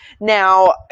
Now